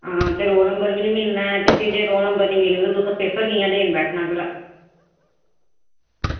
ते roll number बी निं मिलना ऐ ते जेकर रोल नंबर निं होग ते पेपर देन कियां बैठना